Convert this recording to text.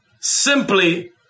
simply